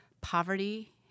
Poverty